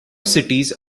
cities